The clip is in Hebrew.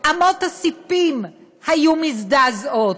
אמות הספים היו מזדעזעות,